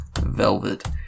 velvet